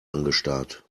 angestarrt